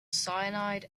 cyanide